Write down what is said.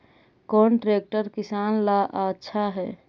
कौन ट्रैक्टर किसान ला आछा है?